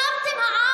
שמתם עם,